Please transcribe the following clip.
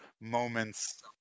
moments